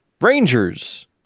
Rangers